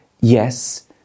yes